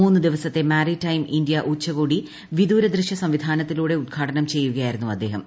മൂന്നുദിവസത്തെ maritime India ഉച്ചകോടി വിദൂര ദൃശ്യ സംവിധാനത്തിലൂടെ ഉദ്ഘാടനം ചെയ്യുകയായിരുന്നു അദ്ദേഹം